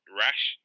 rash